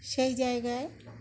সেই জায়গায়